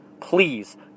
Please